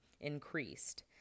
increased